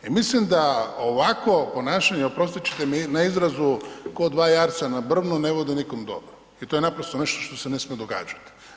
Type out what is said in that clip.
I mislim da ovakvo ponašanje oprostit ćete mi na izrazu kao „dva jarca na brvnu“ ne vodi nikome dobro i to je naprosto nešto što se ne smije događati.